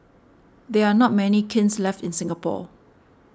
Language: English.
there are not many kilns left in Singapore